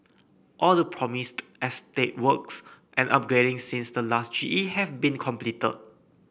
all the promised estate works and upgrading since the last G E have been completed